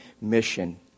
mission